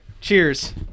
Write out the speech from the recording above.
cheers